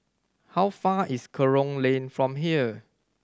how far is Kerong Lane from here